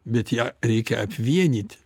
bet ją reikia apvienyti